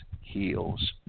heals